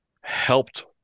helped